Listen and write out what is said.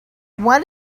what